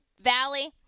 valley